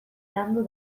landu